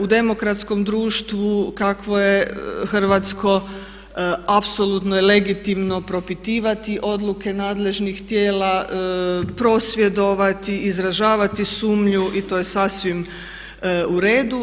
U demokratskom društvu kakvo je hrvatsko apsolutno je legitimno propitivati odluke nadležnih tijela, prosvjedovati, izražavati sumnju i to je sasvim u redu.